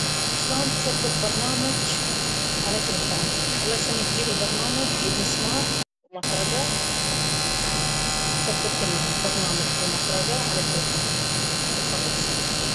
شلون نثبت برنامج على تلفوني؟ الله يسلمك جيب البرنامج وجيب مسمار ومطرقة.. ثبت البرنامج بالمطرقة على تلفونك وخلص.